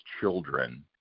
children